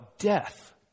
death